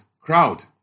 crowd